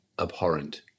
abhorrent